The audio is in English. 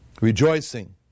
rejoicing